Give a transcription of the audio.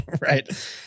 Right